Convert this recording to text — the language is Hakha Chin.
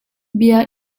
bia